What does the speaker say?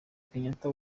kenyatta